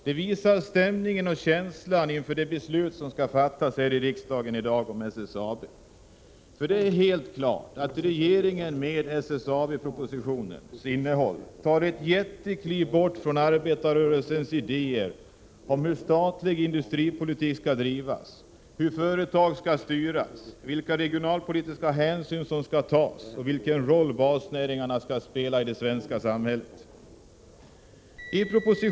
Det visar stämningen och känslan inför de beslut om SSAB som skall fattas här i riksdagen i dag. Det är helt klart att regeringen med SSAB-propositionen tar ett jättekliv bort från arbetarrörelsens idéer om hur statlig industripolitik skall drivas, hur företag skall styras, vilka regionalpolitiska hänsyn som skall tas och vilken roll basnäringarna skall spela i samhället.